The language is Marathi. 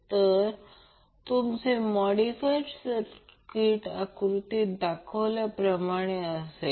तर तुमचे मोडीफाईड सर्किट आकृतीत दाखवल्याप्रमाणे असेल